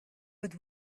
was